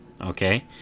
okay